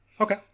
okay